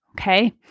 Okay